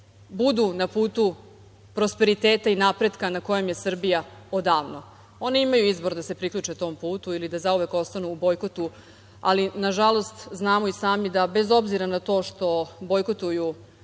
budu na putu prosperiteta i napretka na kojem je Srbija odavno. Oni imaju izbor da se priključe tom putu ili da zauvek ostanu u bojkotu, ali nažalost znamo i sami da bez obzira na to što bojkotuju sami